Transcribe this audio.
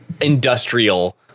industrial